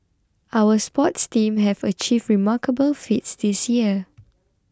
our sports teams have achieved remarkable feats this year